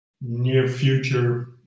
near-future